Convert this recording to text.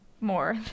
more